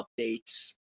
updates